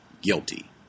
guilty